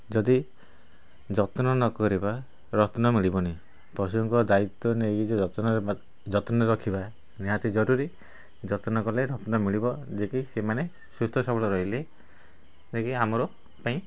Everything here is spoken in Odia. ଯଦି ଯତ୍ନ ନ କରିବା ରତ୍ନ ମିଳିବନି ପଶୁଙ୍କ ଦାୟିତ୍ୱ ନେଇ ଯଦି ଯତ୍ନରେ ରଖିବା ନିହାତି ଜରୁରୀ ଯତ୍ନ କଲେ ରତ୍ନ ମିଳିବ ଯିଏକି ସେମାନେ ସୁସ୍ଥସବଳ ରହିଲେ ଯିଏକି ଆମର ପାଇଁ